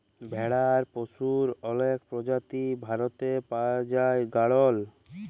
ভেড়ার পশুর অলেক প্রজাতি ভারতে পাই জাই গাড়ল